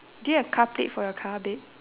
do you have car plate for your car there